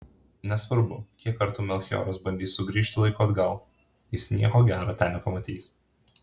nesvarbu kiek kartų melchioras bandys sugrįžti laiku atgal jis nieko gero ten nepamatys